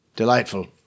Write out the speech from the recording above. Delightful